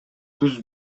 түз